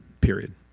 period